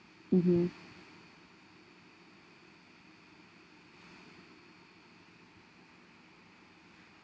mmhmm